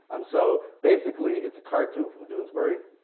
um so basically, it's a cartoon from doonesbury.